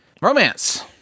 Romance